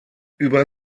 über